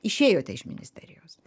išėjote iš ministerijos